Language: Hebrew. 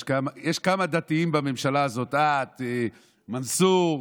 יש כמה דתיים בממשלה הזאת: את, מנסור.